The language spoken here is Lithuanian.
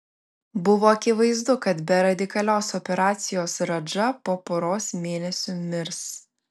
buvo akivaizdu kad be radikalios operacijos radža po poros mėnesių mirs